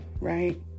right